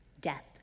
death